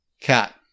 Cat